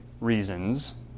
reasons